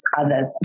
others